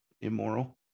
immoral